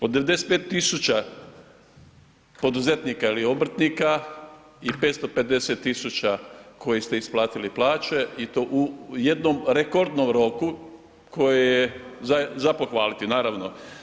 Od 95 000 poduzetnika ili obrtnika i 550 000 koji ste isplatili plaće i to u jednom rekordnom roku koji je za, za pohvaliti naravno.